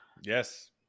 yes